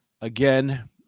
Again